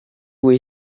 vous